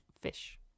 fish